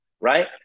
right